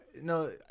no